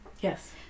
Yes